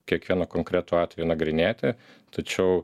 kiekvieną konkretų atvejį nagrinėti tačiau